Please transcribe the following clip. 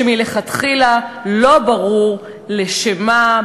שמלכתחילה לא ברור לשם מה,